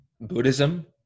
Buddhism